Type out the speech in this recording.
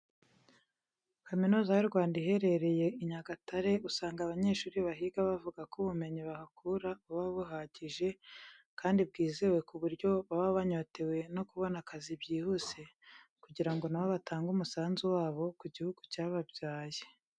Kaminuza y'u Rwanda iherereye i Nyagatare, usanga abanyeshuri bahiga bavuga ko ubumenyi bahakura buba buhagije, kandi bwizewe ku buryo baba banyotewe no kubona akazi byihuse kugira ngo na bo batange umusanzu wabo ku gihugu cyababyaye.